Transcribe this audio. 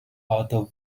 arthur